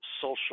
social